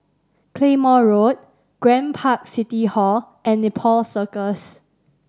Claymore Road Grand Park City Hall and Nepal Circus